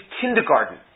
kindergarten